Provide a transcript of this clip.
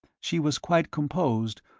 she was quite composed,